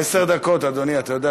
עשר דקות, אדוני, אתה יודע.